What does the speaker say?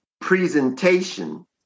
presentation